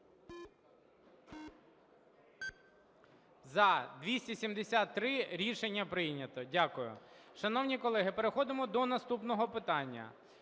За – 273 Рішення прийнято. Дякую. Шановні колеги, переходимо до наступного питання.